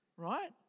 right